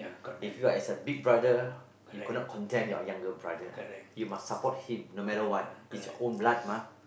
if you're as a big brother you cannot condemn your younger brother you must support him no matter what it's your own blood mah